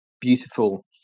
beautiful